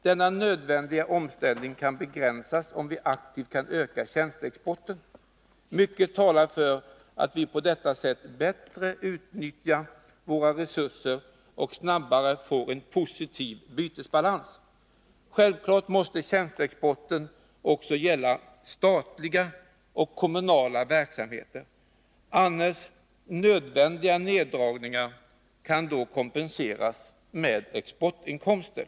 Denna nödvändiga omställning kan begränsas, om vi aktivt kan öka tjänsteexporten. Mycket talar för att vi på detta sätt bättre utnyttjar våra resurser och snabbare får en positiv bytesbalans. Självfallet måste tjänsteexporten också gälla statliga och kommunala verksamheter. Annars nödvändiga neddragningar kan då kompenseras med exportinkomster.